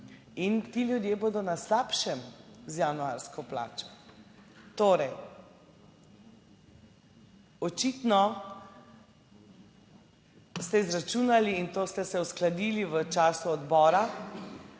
in ti ljudje bodo na slabšem z januarsko plačo. Torej očitno ste izračunali in to ste se uskladili v času odbora,